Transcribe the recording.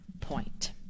point